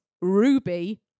ruby